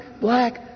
black